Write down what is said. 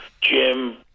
Jim